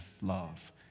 love